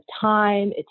time